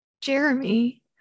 Jeremy